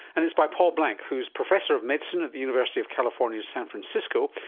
and it's by paul blanc who is professor of medicine at the university of california, san francisco,